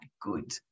good